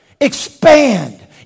expand